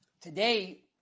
Today